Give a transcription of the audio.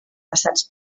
passats